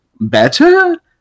better